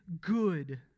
good